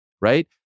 right